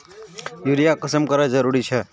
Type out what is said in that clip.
Urea कुंसम करे जरूरी छै?